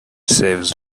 saves